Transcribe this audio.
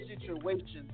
situations